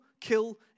kill